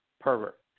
pervert